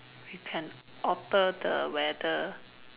we can alter the weather